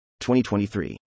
2023